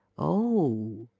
oh,